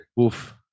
Oof